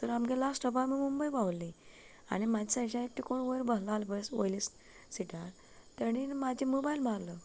तर आमगे लास्ट स्टोपार आमी मुंबय पावल्ली म्हाज्या सायडीच्या कोण एकटो बसलो आसलो पळय वयल्या सिटार ताणे म्हजो मोबायल मागलो